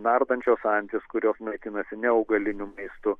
nardančios antys kurios maitinasi ne augaliniu maistu